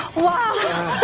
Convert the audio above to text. wow